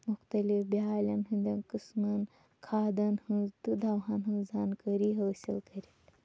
مُختلِف بیٛالٮ۪ن ہٕنٛدٮ۪ن قٕسمَن کھادَن ہٕنٛز تہٕ دَوہَن ہٕنٛز زانکٲری حٲصِل کٔرِتھ